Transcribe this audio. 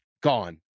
Gone